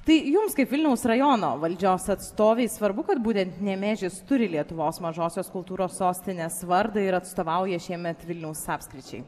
tai jums kaip vilniaus rajono valdžios atstovei svarbu kad būtent nemėžis turi lietuvos mažosios kultūros sostinės vardą ir atstovauja šiemet vilniaus apskričiai